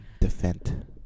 Defend